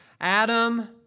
Adam